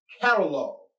catalog